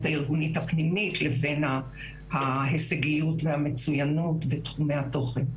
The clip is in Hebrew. הארגונית הפנימית לבין ההישגיות והמצוינות בתחומי התוכן.